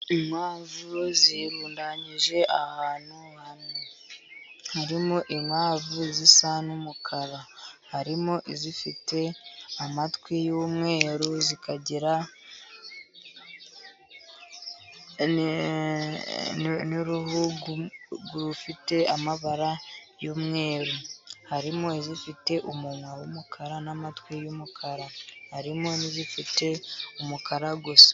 Inkwamvu zirundanyije ahantu hamwe. Harimo inkwavu zisa n'umukara, harimo izifite amatwi y'umweruru, urufite amabara y'umweru, harimo izifite umunwa w'umukara n'amatwi y'umukara, harimo n'izifite umukara gusa.